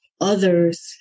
others